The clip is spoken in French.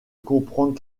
comprendre